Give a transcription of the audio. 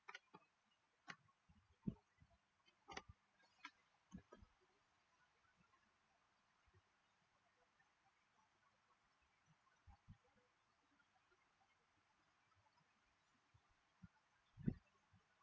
mm